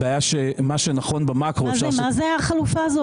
הבעיה שמה שנכון במקרו --- מה זאת החלופה הזאת?